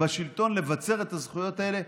בשלטון כדי לבצר את הזכויות האלה?